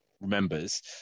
remembers